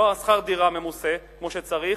לא שכר הדירה ממוסה כמו שצריך,